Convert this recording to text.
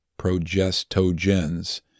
progestogens